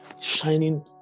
shining